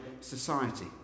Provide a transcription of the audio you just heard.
society